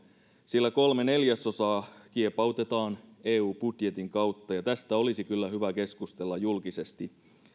sillä kolme neljäsosaa kiepautetaan eu budjetin kautta ja tästä olisi kyllä hyvä keskustella julkisesti